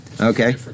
Okay